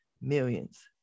millions